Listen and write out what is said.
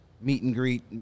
meet-and-greet